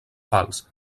pals